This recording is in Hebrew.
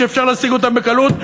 שאפשר להשיג אותם בקלות,